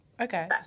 Okay